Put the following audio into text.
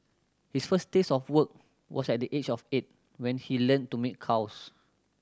his first taste of work was at the age of eight when he learned to milk cows